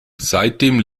seitdem